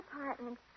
apartment